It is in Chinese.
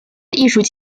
艺术